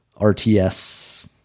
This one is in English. RTS